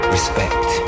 Respect